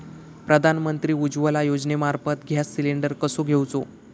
प्रधानमंत्री उज्वला योजनेमार्फत gas cylinder कसो घेऊचो?